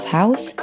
house